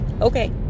okay